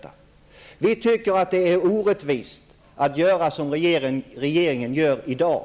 Vi tycker att det är orättvist att göra som regeringen gör i dag.